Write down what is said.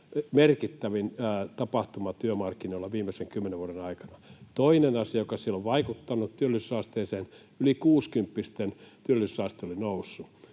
merkittävin tapahtuma työmarkkinoilla nyt viimeisen kymmenen vuoden aikana. Toinen asia, joka siellä on vaikuttanut työllisyysasteeseen: yli kuusikymppisten työllisyysaste oli noussut.